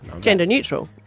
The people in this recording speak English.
Gender-neutral